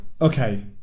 Okay